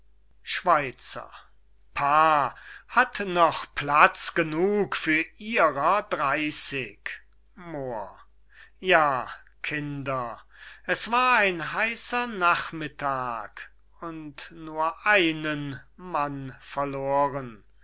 schweizer pah hat noch platz genug für ihrer dreyßig moor ja kinder es war ein heißer nachmittag und nur einen mann verloren